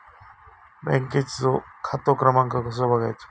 बँकेचो खाते क्रमांक कसो बगायचो?